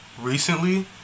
recently